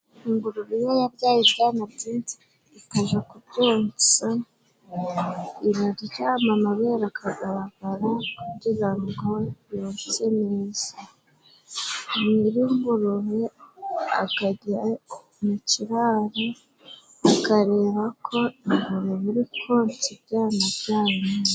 Ingurube iyo yabyaye ibyana byinshi ikaja kubyonsa iraryama amabere akagaragara kugira ngo yonse neza nyiri ingurube akajya mu kiraro akareba ko ingurube iri konsa ibyana byayo.